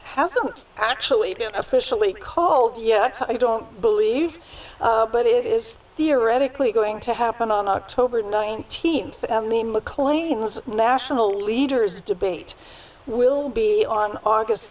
hasn't actually been officially called yet i don't believe but it is theoretically going to happen on october nineteenth maclean's national leaders debate will be on august